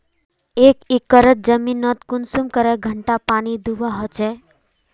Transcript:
एक एकर जमीन नोत कुंसम करे घंटा पानी दुबा होचए?